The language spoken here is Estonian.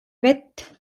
vett